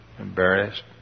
embarrassed